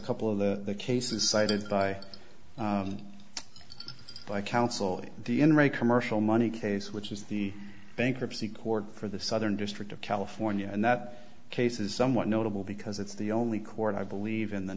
couple of the cases cited by by counsel in the in re commercial money case which is the bankruptcy court for the southern district of california and that case is somewhat notable because it's the only court i believe in the